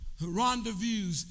rendezvous